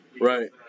Right